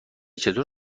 چطور